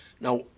Now